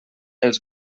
els